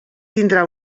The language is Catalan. tindrà